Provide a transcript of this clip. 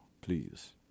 please